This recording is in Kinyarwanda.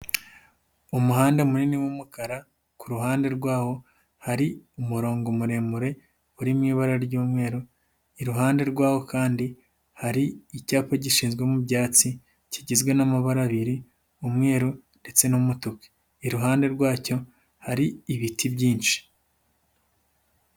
Umuhanda munini w'umukara, ku ruhande rwawo hari umurongo muremure uri mu ibara ry'umweru, iruhande rwawo kandi hari icyapa gishyizwe mu byatsi kigizwe n'amabara abiri umweru ndetse n'umutuku, iruhande rwacyo hari ibiti byinshi.